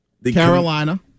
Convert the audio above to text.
Carolina